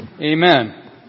Amen